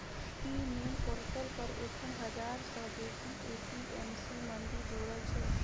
इ NAM portal पर एखन हजार सँ बेसी ए.पी.एम.सी मंडी जुरल छै